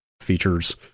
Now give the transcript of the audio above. features